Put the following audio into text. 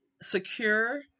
secure